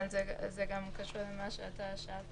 זה גם קשור למה ששאלת,